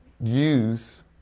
use